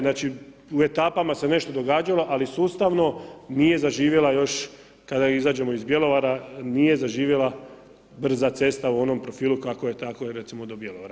Znači u etapama se nešto događalo, ali sustavno nije zaživjela još, kada izađemo iz Bjelovara nije zaživjela brza cesta u onom profilu kako je tako recimo do Bjelovara.